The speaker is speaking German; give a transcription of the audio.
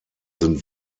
sind